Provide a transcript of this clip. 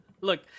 Look